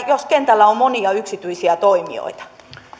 jos kentällä on monia yksityisiä toimijoita